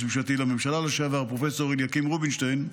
המשפטי לממשלה לשעבר פרופ' אליקים רובינשטיין,